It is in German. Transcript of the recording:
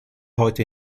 heute